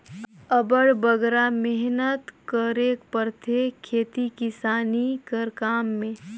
अब्बड़ बगरा मेहनत करेक परथे खेती किसानी कर काम में